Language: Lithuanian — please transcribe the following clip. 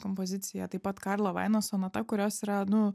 kompozicija taip pat karlo vaino sonata kurios yra nu